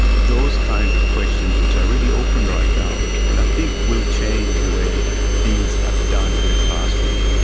those kinds of questions which are really open right now and i think will change the way things are done in a classroom.